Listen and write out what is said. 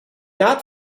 not